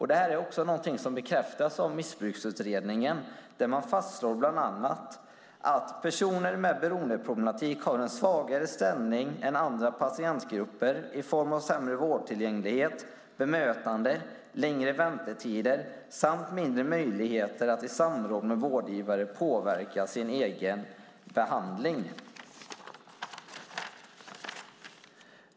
Det är något som också bekräftas av Missbruksutredningen, som bland annat fastslår att personer med beroendeproblematik har en svagare ställning än andra patientgrupper i form av sämre vårdtillgänglighet, bemötande, längre väntetider samt mindre möjligheter att i samråd med vårdgivare påverka sin egen behandling.